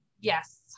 yes